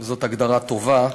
וזאת הגדרה טובה.